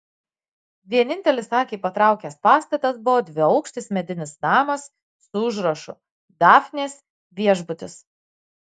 vienintelis akį patraukęs pastatas buvo dviaukštis medinis namas su užrašu dafnės viešbutis